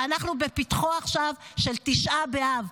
ואנחנו עכשיו בפתחו של תשעה באב.